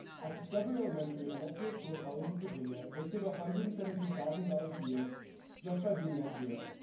at discovery elementary a netzero school in arlington, virginia, they save one ah hundred and seventeen thousand dollars a year just by being net zero.